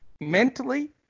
mentally